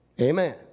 Amen